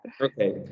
Okay